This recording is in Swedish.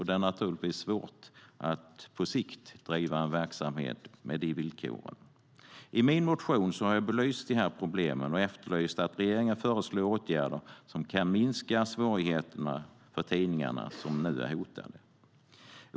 Det är naturligtvis svårt att på sikt driva en verksamhet på dessa villkor.I min motion har jag belyst dessa problem och efterlyst att regeringen föreslår åtgärder som kan minska svårigheterna för tidningar som nu är hotade.